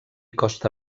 costa